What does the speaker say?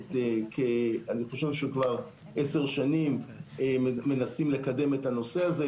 מקודמת אני חושב שכבר עשר שנים מנסים לקדם את הנושא הזה.